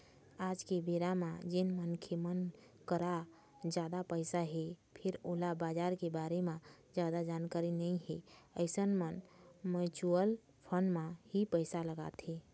आज के बेरा म जेन मनखे मन करा जादा पइसा हे फेर ओला बजार के बारे म जादा जानकारी नइ हे अइसन मन म्युचुअल फंड म ही पइसा लगाथे